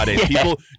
People